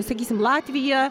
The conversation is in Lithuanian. sakysim latviją